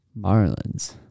Marlins